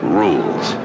rules